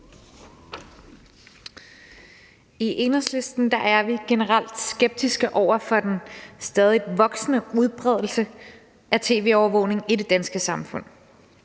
I Enhedslisten er vi generelt skeptiske over for den stadigt voksende udbredelse af tv-overvågning i det danske samfund.